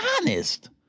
honest